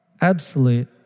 absolute